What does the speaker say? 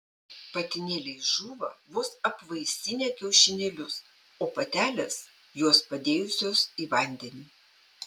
patinėliai žūva vos apvaisinę kiaušinėlius o patelės juos padėjusios į vandenį